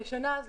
הראשונה,